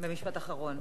במשפט אחרון.